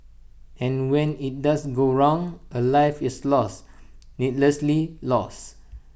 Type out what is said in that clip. and when IT does go wrong A life is lost needlessly lost